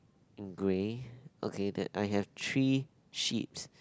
in grey okay that I have three sheeps